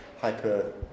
hyper